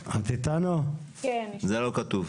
זה לא כתוב.